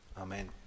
Amen